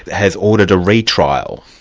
has ordered a re-trial?